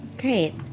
great